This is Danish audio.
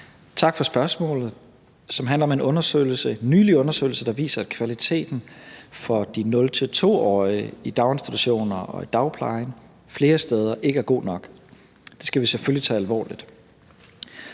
Tak for spørgsmålet, som handler om en nylig undersøgelse, der viser, at kvaliteten for de 0-2-årige i daginstitutioner og i dagplejen flere steder ikke er god nok. Det skal vi selvfølgelig tage alvorligt.